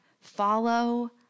follow